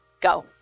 Go